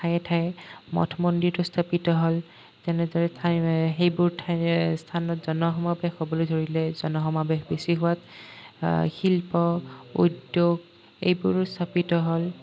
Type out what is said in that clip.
ঠায়ে ঠায়ে মঠ মন্দিৰো স্থাপিত হ'ল তেনেদৰে ঠা সেইবোৰ ঠাই স্থানত জন সমাৱেশ হ'বলৈ ধৰিলে জন সমাৱেশ বেছি হোৱাত শিল্প উদ্যোগ এইবোৰো স্থাপিত হ'ল